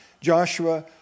Joshua